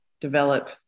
develop